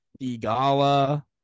Igala